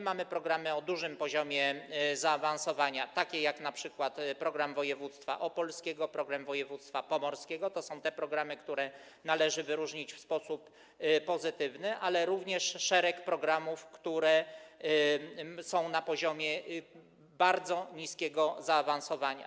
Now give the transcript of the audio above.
Mamy programy o dużym poziomie zaawansowania, takie jak np. program województwa opolskiego, program województwa pomorskiego, to są te programy, które należy wyróżnić w sposób pozytywny, ale również jest szereg programów, które są na poziomie bardzo niskiego zaawansowania.